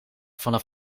vanaf